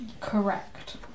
Correct